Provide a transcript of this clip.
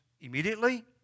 immediately